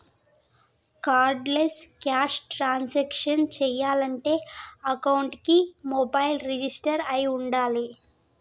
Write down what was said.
cardless cash transactions చెయ్యాలంటే అకౌంట్కి mobile register అయ్యి వుండాలే